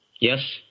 Yes